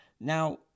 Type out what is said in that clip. Now